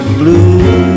blue